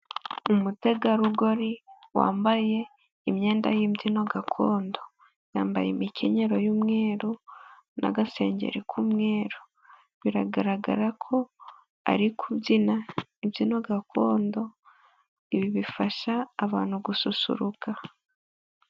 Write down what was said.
Umutegarugori wambaye imyenda y'imbyino gakondo, yambaye imikenyero y'umweru na gasengeri k'umweru biragaragara ko ari kubyina imbyino gakondo, ibi bifasha abantu gususuruka.